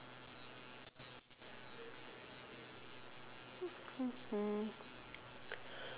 mm